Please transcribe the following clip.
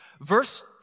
Verse